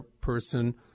person